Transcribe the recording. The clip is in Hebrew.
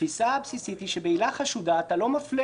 התפיסה הבסיסית היא שבעילה חשודה אתה לא מפלה,